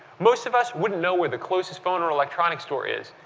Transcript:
most of us wouldn't know where the closest phone or electronics store is,